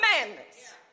commandments